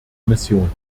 mission